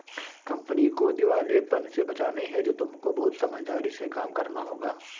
company को दिवालेपन से बचाने हेतु तुमको बहुत समझदारी से काम करना होगा